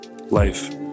life